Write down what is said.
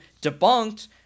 debunked